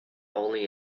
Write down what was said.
only